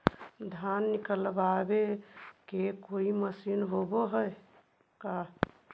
धान निकालबे के कोई मशीन होब है का?